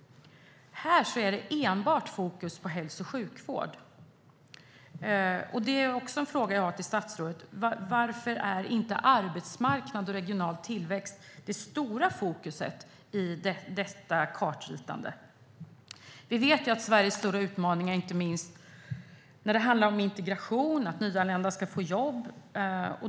Men här är fokus enbart på hälso och sjukvård. Varför är inte arbetsmarknad och regional tillväxt i fokus i detta kartritande? Vi vet att Sveriges stora utmaningar inte minst handlar om integration och att nyanlända ska få jobb.